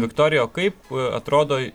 viktorija o kaip atrodo